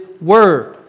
word